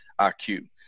IQ